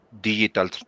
digital